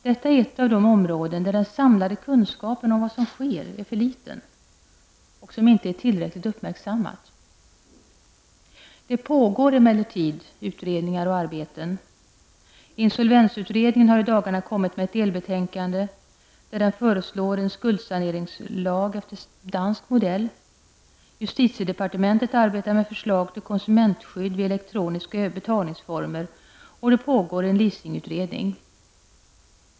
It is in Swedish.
Detta är ett av de områden där den samlade kunskapen om vad som sker är för liten. Det som sker är inte heller tillräckligt uppmärksammat. Det pågår emellertid utredningar och arbeten. Insolvensutredningen har i dagarna kommit med ett delbetänkande, där utredningen föreslår en skuldsaneringslag efter dansk modell. Justitiedepartementet arbetar med förslag till konsumentskydd vid elektroniska betalningsformer, och det pågår en leasingutredning.